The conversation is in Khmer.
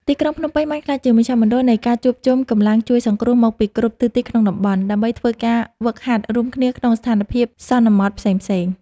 ទីក្រុងភ្នំពេញបានក្លាយជាមជ្ឈមណ្ឌលនៃការជួបជុំកម្លាំងជួយសង្គ្រោះមកពីគ្រប់ទិសទីក្នុងតំបន់ ដើម្បីធ្វើការហ្វឹកហាត់រួមគ្នាក្នុងស្ថានភាពសន្មតផ្សេងៗ។